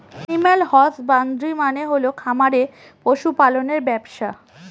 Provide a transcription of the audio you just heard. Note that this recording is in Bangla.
এনিম্যাল হসবান্দ্রি মানে হল খামারে পশু পালনের ব্যবসা